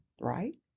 right